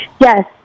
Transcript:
Yes